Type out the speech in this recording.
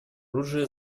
оружия